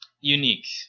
Unique